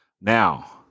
now